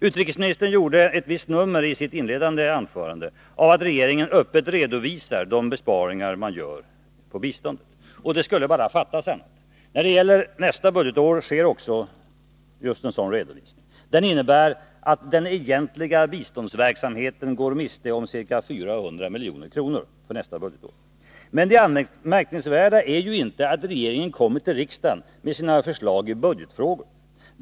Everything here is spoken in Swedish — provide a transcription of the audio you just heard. Utrikesministern gjorde i sitt inledande anförande ett visst nummer av att regeringen öppet redovisar de besparingar som man gör på biståndsområdet — och det skulle bara fattas annat. Det finns en sådan redovisning för nästa budgetår. Den innebär att den egentliga biståndsverksamheten går miste om ca 400 milj.kr. det året. Det anmärkningsvärda är inte att regeringen kommer till riksdagen med sina förslag till budgetfrågor.